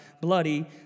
bloody